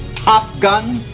top gun?